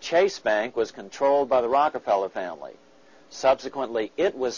chase bank was controlled by the rockefeller family subsequently it was